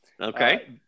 Okay